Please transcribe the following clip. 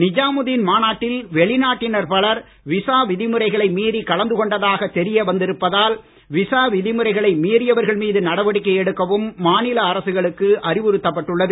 நிஜாமுதீன் மாநாட்டில் வெளிநாட்டினர் பலர் விசா விதிமுறைகளை மீறி கலந்து கொண்டதாக தெரிய வந்திருப்பதால் விசா விதிமுறைகளை மீறியவர்கள் மீது நடவடிக்கை எடுக்கவும் மாநில அரசுகளுக்கு அறிவுறுத்தப்பட்டு உள்ளது